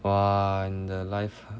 !wah! 你的 life